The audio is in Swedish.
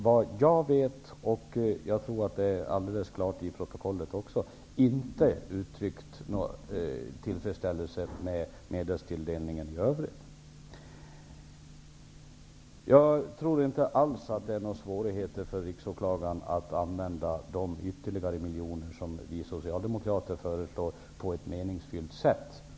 Vad jag vet -- jag tror att det alldeles klart framgår också i protokollet -- har han inte uttryckt någon tillfredsställelse med medelstilldelningen i övrigt. Jag tror inte alls att det är några svårigheter för Riksåklagaren att använda de ytterligare miljoner som vi socialdemokrater föreslår på ett meningsfullt sätt.